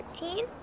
thirteen